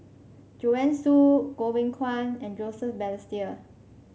Joanne Soo Goh Beng Kwan and Joseph Balestier